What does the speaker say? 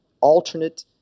alternate